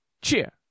Cheer